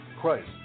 Christ